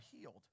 healed